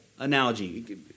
Analogy